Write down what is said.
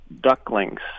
ducklings